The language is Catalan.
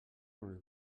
uns